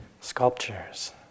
sculptures